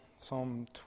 Psalm